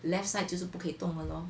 left side 就是不可以动了 lor